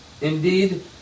indeed